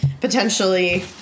potentially